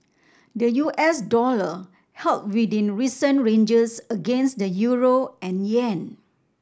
the U S dollar held within recent ranges against the euro and yen